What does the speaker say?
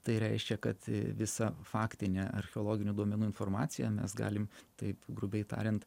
tai reiškia kad visą faktinę archeologinių duomenų informaciją mes galim taip grubiai tariant